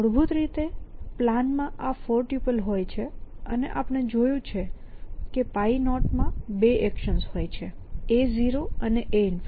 મૂળભૂત રીતે પ્લાન માં આ ફોર ટ્યુપલ હોય છે અને આપણે જોયું છે કે π0 માં 2 એક્શન્સ હોય છે A0 અને A∞